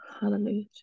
Hallelujah